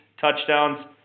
touchdowns